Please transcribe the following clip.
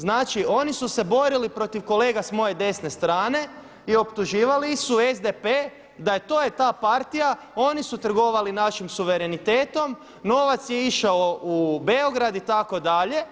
Znači oni su se borili protiv kolega s moje desne strane i optuživali su SDP da je to ta partija, oni su trgovali našim suverenitetom, novac je išao u Beograd itd.